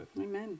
Amen